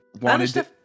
Wanted